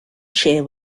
chair